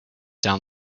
down